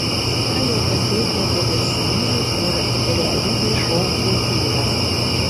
ką jau kalbėti apie garsenybių ir realybės šou kultūrą